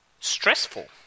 stressful